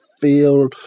feel